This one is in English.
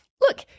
look